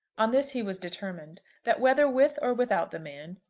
on this he was determined, that whether with or without the man,